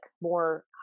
more